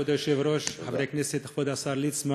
כבוד היושב-ראש, חברי כנסת, כבוד השר ליצמן,